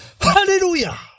hallelujah